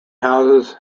houses